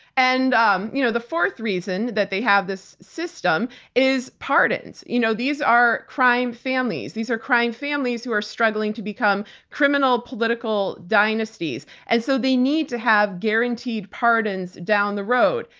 and um you know the fourth reason that they have this system is pardons. you know these are crime families. these are crime families who are struggling to become criminal political dynasties, and so they need to have guaranteed pardons down the road.